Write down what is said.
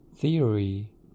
theory